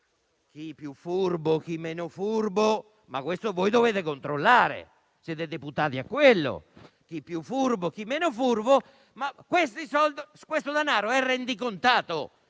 Chi più furbo, chi meno furbo, ma voi dovete controllare, siete deputati a questo. Chi più furbo, chi meno furbo, si tratta comunque di denaro rendicontato.